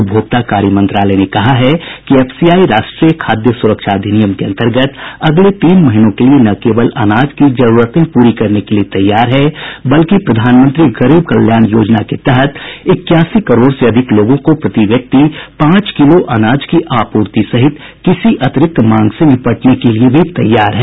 उपभोक्ता कार्य मंत्रालय ने कहा है कि एफसीआई राष्ट्रीय खाद्य सुरक्षा अधिनियम के अंतर्गत अगले तीन महीनों के लिए न केवल अनाज की जरूरतें पूरी करने के लिए तैयार है बल्कि प्रधानमंत्री गरीब कल्याण योजना के तहत इक्यासी करोड़ से अधिक लोगों को प्रति व्यक्ति पांच किलो अनाज की आपूर्ति सहित किसी अतिरिक्त मांग से निपटने के लिए भी तैयार है